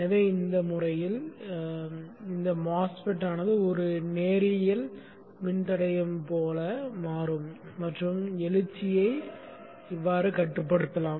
எனவே இந்த வழியில் இந்த MOSFET ஆனது ஒரு நேரியல் மின்தடையம் போல மாறும் மற்றும் எழுச்சியைக் கட்டுப்படுத்தலாம்